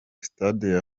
sitade